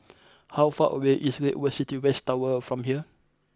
how far away is Great World City West Tower from here